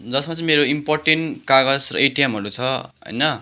जसमा चाहिँ मेरो इम्पोर्टेन्ट कागज र एटिएमहरू छ होइन